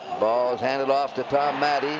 ball is handed off to tom matte.